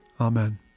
Amen